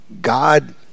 God